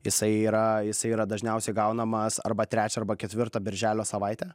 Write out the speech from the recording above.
jisai yra jisai yra dažniausiai gaunamas arba trečią arba ketvirtą birželio savaitę